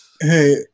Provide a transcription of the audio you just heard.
Hey